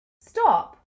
Stop